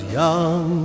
young